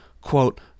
quote